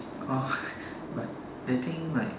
orh but they think like